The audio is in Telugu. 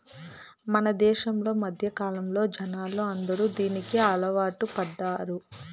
మన దేశంలో మధ్యకాలంలో జనాలు అందరూ దీనికి అలవాటు పడ్డారు